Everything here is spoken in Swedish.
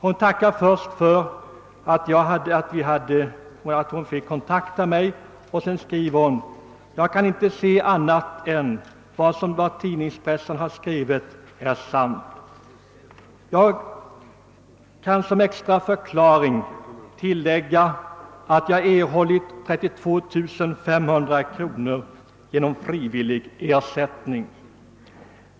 Hon tackar först för att hon fick kontakt med mig och fortsätter, efter att ha sagt att hon inte kan se annat än att vad som stått: i tidningspressen är sant. >Jag kan som en extra förkla. ring tillägga att jag erhållit 32.500 kr. genom frivillig ersättning.